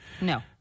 No